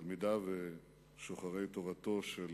תלמידיו ושוחרי תורתו של